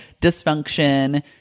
dysfunction